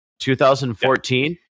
2014